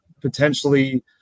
potentially